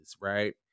right